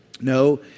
No